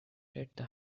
instead